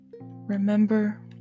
Remember